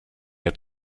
mehr